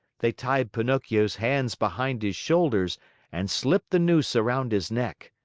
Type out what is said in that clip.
they tied pinocchio's hands behind his shoulders and slipped the noose around his neck.